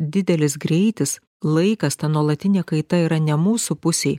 didelis greitis laikas ta nuolatinė kaita yra ne mūsų pusėj